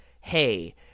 hey